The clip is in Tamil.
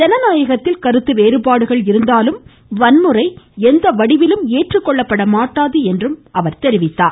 ஜனநாயகத்தில் கருத்துவேறுபாடுகள் இருந்தாலும் வன்முறை எந்த வடிவிலும் ஏற்றுக்கொள்ளப்பட மாட்டாது என்று குறிப்பிட்டார்